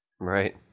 Right